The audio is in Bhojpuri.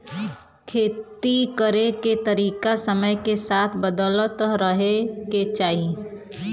खेती करे के तरीका समय के साथे बदलत रहे के चाही